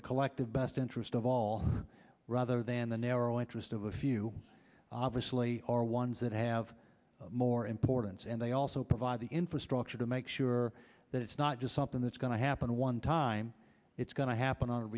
the collective best interest of all rather than the narrow interest of a few obviously are ones that have more importance and they also provide the infrastructure to make sure that it's not just something that's going to happen one time it's going to happen on a